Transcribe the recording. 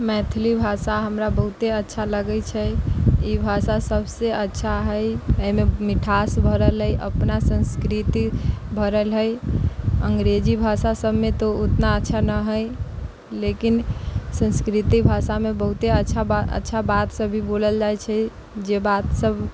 मैथिली भाषा हमरा बहुते अच्छा लगै छै ई भाषा सभ से अच्छा हइ एहिमे मिठास भरल है अपना संस्कृति भरल हइ अंग्रेजी भाषा सभमे तऽ उतना अच्छा न है लेकिन संस्कृति भाषामे बहुते अच्छा बा अच्छा बात सभ भी बोलल जाइ छै जे बात सभ